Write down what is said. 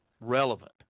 relevant